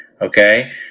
okay